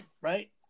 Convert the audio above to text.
right